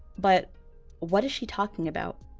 but what is she talking about?